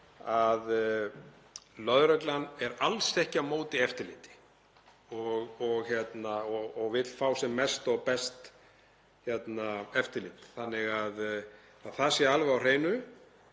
að lögreglan er alls ekki á móti eftirliti og vill fá sem mest og best eftirlit, þannig að það sé alveg á hreinu.